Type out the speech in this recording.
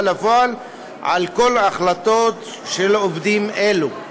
לפועל על כל ההחלטות של עובדים אלו.